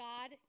God